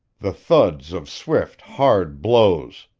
the thuds of swift, hard blows.